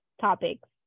topics